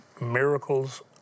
miracles